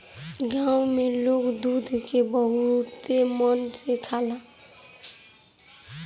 गाँव में लोग दूध के बहुते मन से खाला